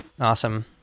Awesome